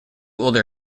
older